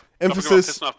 Emphasis